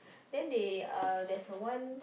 then they there's the one